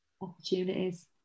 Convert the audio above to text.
opportunities